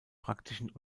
praktischen